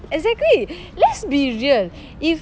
exactly let's be real if